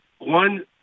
one